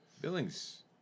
Billings